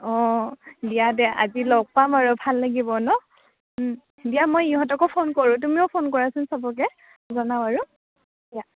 অঁ দিয়া দিয়া আজি লগ পাম আৰু ভাল লাগিব ন দিয়া মই ইহঁতকো ফোন কৰোঁ তুমিও ফোন কৰাচোন চবকে জনাওঁ আৰু দিয়া